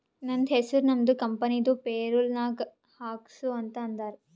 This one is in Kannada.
ನಂದ ಹೆಸುರ್ ನಮ್ದು ಕಂಪನಿದು ಪೇರೋಲ್ ನಾಗ್ ಹಾಕ್ಸು ಅಂತ್ ಅಂದಾರ